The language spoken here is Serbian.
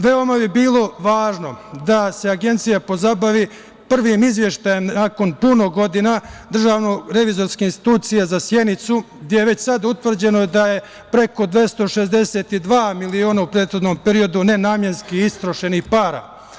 Veoma bi bilo važno da se Agencija pozabavi prvim izveštajem, nakon puno godina, Državne revizorske institucije za Sjenicu, gde je već sada utvrđeno da je preko 262 miliona u prethodnom periodu nenamenski istrošenih para.